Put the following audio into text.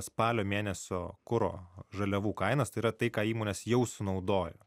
spalio mėnesio kuro žaliavų kainas tai yra tai ką įmonės jau sunaudojo